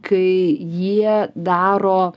kai jie daro